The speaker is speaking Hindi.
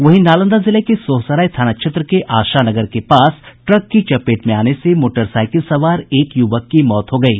वहीं नालंदा जिले के सोहसराय थाना क्षेत्र के आशानगर के पास ट्रक की चपेट में आने से मोटरसाईकिल सवार एक यूवक की मौत हो गयी